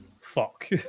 fuck